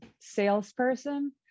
salesperson